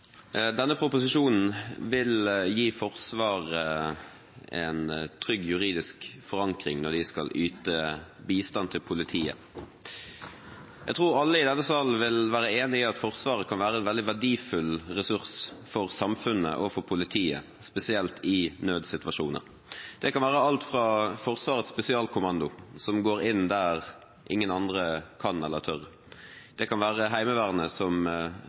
Denne proposisjonen vil gi Forsvaret en trygg juridisk forankring når de skal yte bistand til politiet. Jeg tror alle i denne salen vil være enig i at Forsvaret kan være en veldig verdifull ressurs for samfunnet og for politiet, spesielt i nødsituasjoner. Det kan være alt fra Forsvarets spesialkommando, som går inn der ingen andre kan eller tør. Det kan være Heimevernet, som